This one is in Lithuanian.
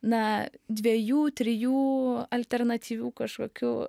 na dviejų trijų alternatyvių kažkokių